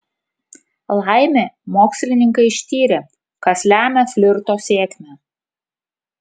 laimė mokslininkai ištyrė kas lemia flirto sėkmę